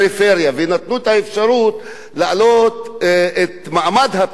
ונתנו את האפשרות להעלות את מעמד הפריפריה,